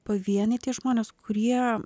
pavieniai tie žmonės kurie